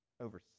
Over